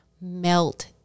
melt